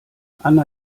anna